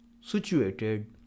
situated